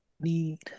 need